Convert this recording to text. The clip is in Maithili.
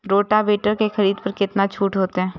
रोटावेटर के खरीद पर केतना छूट होते?